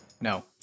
No